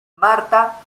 marta